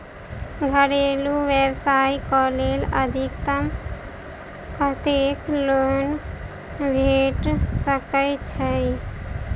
घरेलू व्यवसाय कऽ लेल अधिकतम कत्तेक लोन भेट सकय छई?